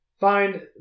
Find